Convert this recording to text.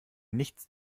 nichts